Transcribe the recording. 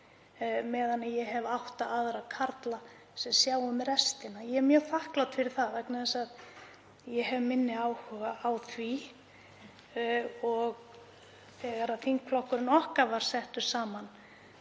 meðan ég hef átta karla sem sjá um restina. Ég er mjög þakklát fyrir það vegna þess að ég hef minni áhuga á því. Þegar þingflokkurinn okkar var settur saman